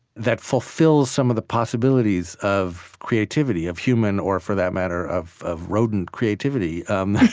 that fulfills some of the possibilities of creativity of human or, for that matter, of of rodent creativity.